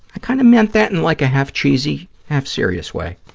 i kind of meant that in like a half-cheesy, half-serious way.